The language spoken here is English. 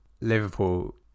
Liverpool